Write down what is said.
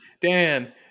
Dan